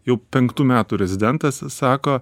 jau penktų metų rezidentas sako